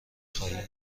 خواهم